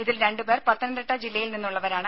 ഇതിൽ രണ്ടു പേർ പത്തനംതിട്ട ജില്ലയിൽ നിന്നുള്ളവരാണ്